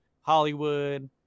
Hollywood